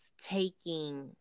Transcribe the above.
taking